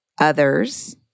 others